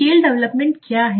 scale development क्या है